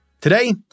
Today